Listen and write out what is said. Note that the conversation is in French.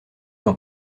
dans